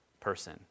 person